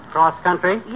Cross-country